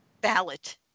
ballot